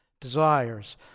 desires